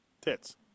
Tits